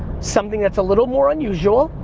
something that's a little more unusual,